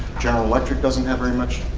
general electric doesn't have very much.